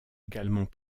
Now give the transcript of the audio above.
également